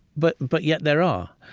but but yet, there are.